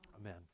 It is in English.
Amen